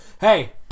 hey